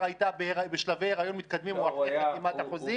הייתה בשלבי הריון מתקדמים או אחרי חתימת החוזים.